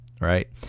right